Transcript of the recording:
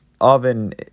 oven